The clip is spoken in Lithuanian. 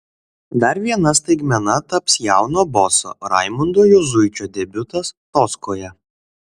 dar viena staigmena taps jauno boso raimundo juzuičio debiutas toskoje